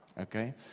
okay